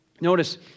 Notice